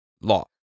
law